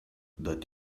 that